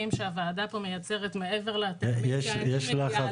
שהוועדה מייצרת מעבר לטעמים שאני מביאה,